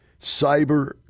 cyber